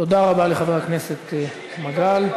תודה לחבר הכנסת ינון מגל.